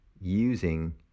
using